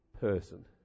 person